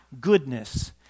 goodness